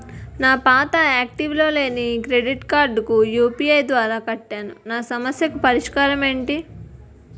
నా పాత యాక్టివ్ లో లేని క్రెడిట్ కార్డుకు యు.పి.ఐ ద్వారా కట్టాను నా సమస్యకు పరిష్కారం ఎంటి?